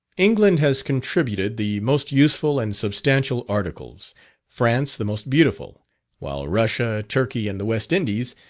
england has contributed the most useful and substantial articles france, the most beautiful while russia, turkey, and the west indies,